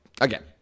again